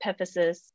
epiphysis